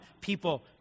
people